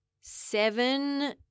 seven